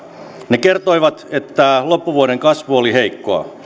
ne kertoivat että loppuvuoden kasvu oli heikkoa